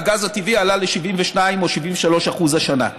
והגז הטבעי עלה ל-72% או ל-73% השנה.